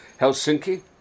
Helsinki